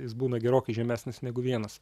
jis būna gerokai žemesnis negu vienas